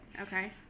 Okay